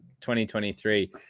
2023